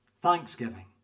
Thanksgiving